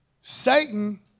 Satan